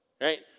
Right